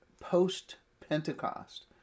post-Pentecost